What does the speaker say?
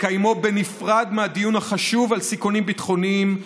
לקיימו בנפרד מהדיון החשוב על סיכונים ביטחוניים,